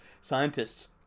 scientists